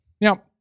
Now